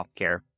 healthcare